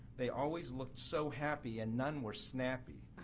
they always looked so happy and none were snappy.